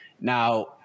Now